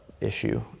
issue